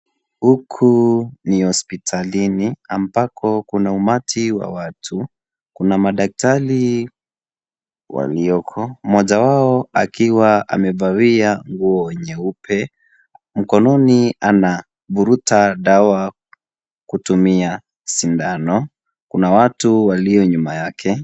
Huku ni hospitalini ambako kuna umati wa watu. Kuna madaktari walioko mmoja wao akiwa amevalia nguo nyeupe, mkononi anavuruta dawa kutumia sindano. Kuna watu walio nyuma yake.